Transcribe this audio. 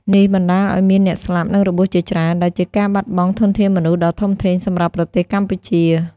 នេះបណ្ដាលឱ្យមានអ្នកស្លាប់ និងរបួសជាច្រើន ដែលជាការបាត់បង់ធនធានមនុស្សដ៏ធំធេងសម្រាប់ប្រទេសកម្ពុជា។